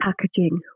packaging